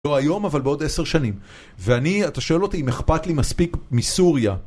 לא היום אבל בעוד עשר שנים, ואני, אתה שואל אותי אם אכפת לי מספיק מסוריה